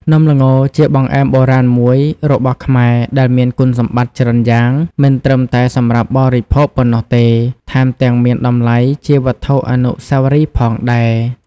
នំល្ងជាបង្អែមបុរាណមួយរបស់ខ្មែរដែលមានគុណសម្បត្តិច្រើនយ៉ាង មិនត្រឹមតែសម្រាប់បរិភោគប៉ុណ្ណោះទេ ថែមទាំងមានតម្លៃជាវត្ថុអនុស្សាវរីយ៍ផងដែរ។